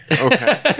okay